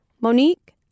Monique